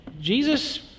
Jesus